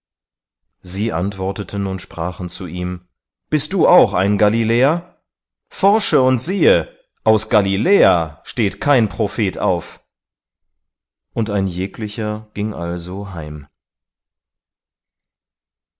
sie antworteten und sprachen zu ihm bist du auch ein galiläer forsche und siehe aus galiläa steht kein prophet auf und ein jeglicher ging also heim